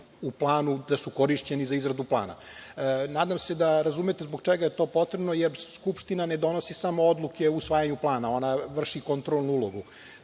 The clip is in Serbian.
u planu da su korišćeni za izradu plana. Nadam se da razumete zbog čega je to potrebno, jer Skupština ne donosi odluke samo o usvajanju plana, ona vrši kontrolnu ulogu,